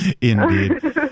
Indeed